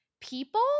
people